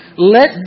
Let